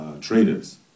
traders